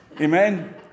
Amen